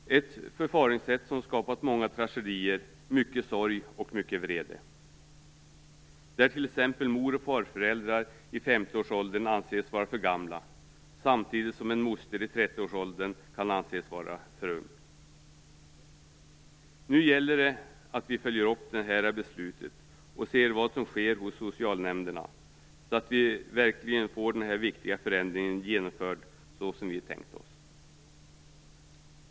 Detta förfaringssätt har skapat många tragedier, mycket sorg och mycket vrede då t.ex. moroch farföräldrar i 50-årsåldern anses vara för gamla samtidigt som en moster i 30-årsåldern kan anses vara för ung. Nu gäller det att vi följer upp det här beslutet och ser vad som sker hos socialnämnderna så att vi verkligen får den här viktiga förändringen genomförd såsom vi tänkte oss.